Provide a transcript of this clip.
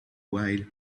while